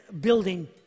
building